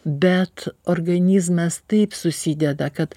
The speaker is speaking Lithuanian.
bet organizmas taip susideda kad